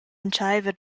entscheiver